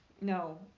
No